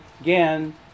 again